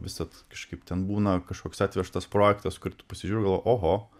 visad kažkaip ten būna kažkoks atvežtas projektas kur tu pasižiūri galvoji oho